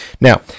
Now